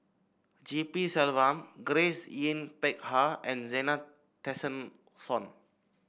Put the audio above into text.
G P Selvam Grace Yin Peck Ha and Zena Tessensohn